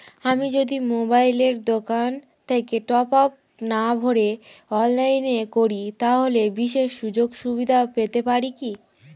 আমি যদি মোবাইলের দোকান থেকে টপআপ না ভরে অনলাইনে করি তাহলে বিশেষ সুযোগসুবিধা পেতে পারি কি?